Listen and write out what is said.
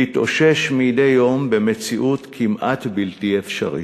להתאושש מדי יום במציאות כמעט בלתי אפשרית.